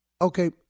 okay